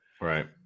Right